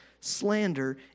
slander